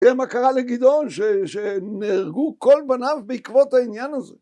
תראה מה קרה לגדעון שנהרגו כל בניו בעקבות העניין הזה